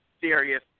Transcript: serious